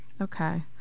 Okay